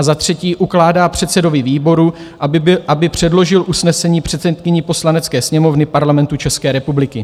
III. ukládá předsedovi výboru, aby předložil usnesení předsedkyni Poslanecké sněmovny Parlamentu České republiky.